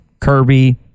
kirby